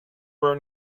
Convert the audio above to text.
were